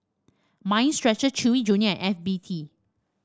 Mind Stretcher Chewy Junior F B T